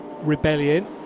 Rebellion